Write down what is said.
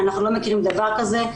אנחנו לא מכירים דבר כזה.